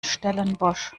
stellenbosch